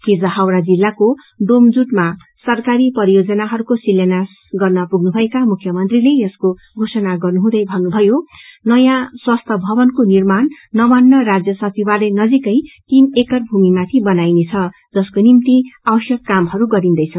हिज हावड़ा जिल्लाको डोमजूड मा सरकारी परियोजनाहरूको शिलान्यास गर्न पुग्नुभएका मुख्यमन्त्रीले यसको घोषणा गर्नुहुँदै भन्नुभयो नयाँ स्वास्थ्य भवन निर्माण नवान्न राज्य सचिवालय नजीकै तीन ऐकर भूमिमाथि बनाइनेछ जसको निम्ति आवश्यक कामहरू गरिन्दैछ